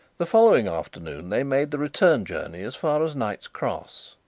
the following afternoon they made the return journey as far as knight's cross.